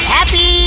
Happy